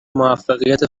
موفقیت